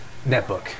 netbook